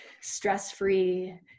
stress-free